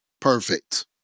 Perfect